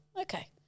Okay